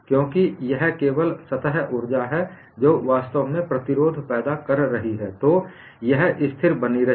क्योंकि यह केवल सतह ऊर्जा है जो वास्तव में प्रतिरोध पैदा कर रही है तो यह स्थिर बनी रही